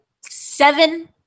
seven